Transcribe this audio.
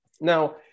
Now